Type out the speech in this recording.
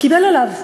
קיבל עליו.